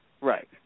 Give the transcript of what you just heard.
Right